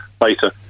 later